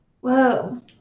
Whoa